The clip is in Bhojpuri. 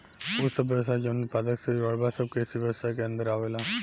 उ सब व्यवसाय जवन उत्पादन से जुड़ल बा सब कृषि व्यवसाय के अन्दर आवेलला